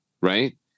right